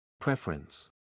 Preference